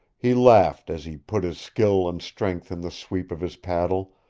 he laughed as he put his skill and strength in the sweep of his paddle,